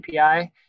API